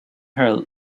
her